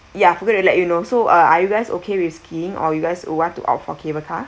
ya I forgot to let you know so uh are you guys okay with skiing or you guys aware to out for cable car